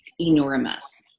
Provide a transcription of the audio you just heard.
enormous